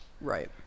right